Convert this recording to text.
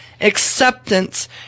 acceptance